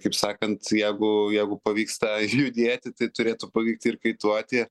kaip sakant jeigu jeigu pavyksta judėti tai turėtų pavykti ir kaituoti